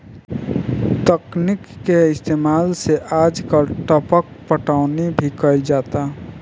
तकनीक के इस्तेमाल से आजकल टपक पटौनी भी कईल जाता